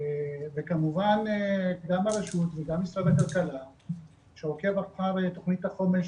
וכמובן גם הרשות וגם משרד הכלכלה שעוקב אחר תכנית החומש